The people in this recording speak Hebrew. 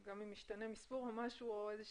אם יש שינוי המספרים או המילים.